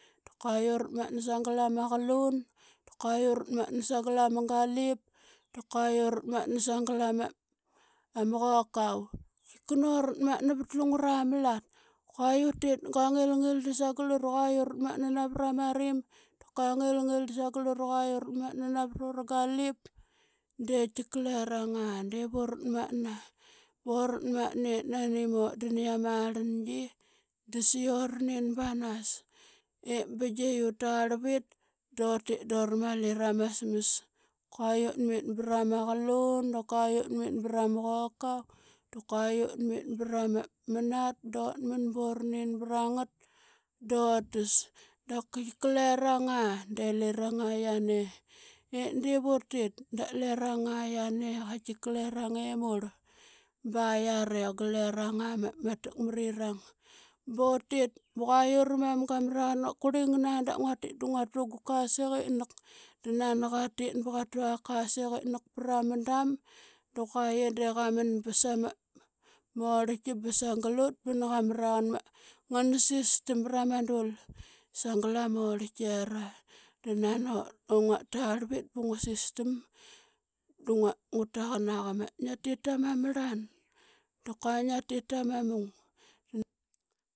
Da kua uratmatna sagal ama qalun, dap kua uratmatna sagal ama galip, da kua uratmatna sagal ama ama qokau. ika naratmatna vat lungura malat. Qua utit i gua ngil ngil da sagal ut i qua uratmatna navra ma rim, da kau ngilngil da sagal ut i qua uratmatna navrura galip de tika lerang aa. Div uratmatna boratmatnna i nani mutdan i amarlangi, da sa qi oranin banas. Ip bigia i ut tarlvit dutit dura mali ramas smas. Kua utmit ba rama qalun da kua utmit ba ra ma qokau da kua utmit ba ra ma, ma nat dutman bora nin bra ngat dutas. Da katika lerang a de lerang aa yiane i divutit da lareng aa yiane qaitki lareng i murl ba yiari gal lareng aa ma, matakmarirang. Butit ba qua urumam ga mra qan, kurli ngana da nguatit da ngua tu gu kasik itnak. Da nani qaitit ba qatua kasik itnak pra ma dam, da qua ye de qa man ba sa ma, morlki ba sagal ut ba na qa mra qa ma, ngana sistam bra ma dul sagal amorlkera. Da nani ut, ngua tarlvit ba ngu sistam da ngu taqan naqa ma ngiatit tama marlan da kua ngiatit tama mung.